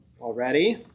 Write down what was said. already